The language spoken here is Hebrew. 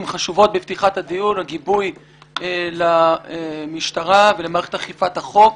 חשובות בפתיחת הדיון הגיבוי למשטרה ולמערכת אכיפת החוק.